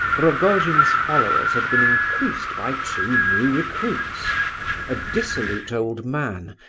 rogojin's followers had been increased by two new recruits a dissolute old man,